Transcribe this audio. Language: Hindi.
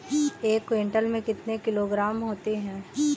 एक क्विंटल में कितने किलोग्राम होते हैं?